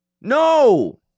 No